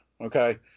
okay